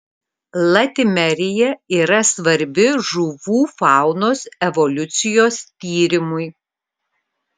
latimerija yra svarbi žuvų faunos evoliucijos tyrimui